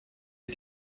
des